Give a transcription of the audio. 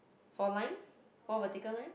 four lines four vertical lines